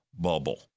Bubble